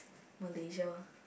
Malaysia